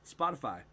Spotify